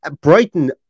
Brighton